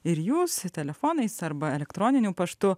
ir jūs telefonais arba elektroniniu paštu